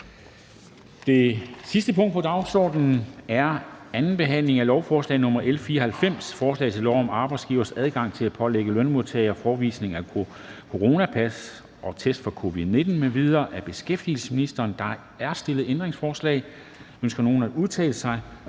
Det sidste punkt på dagsordenen er: 2) 2. behandling af lovforslag nr. L 94: Forslag til lov om arbejdsgiveres adgang til at pålægge lønmodtagere forevisning af coronapas, test for covid-19 m.v. Af beskæftigelsesministeren (Mattias Tesfaye fg.). (Fremsættelse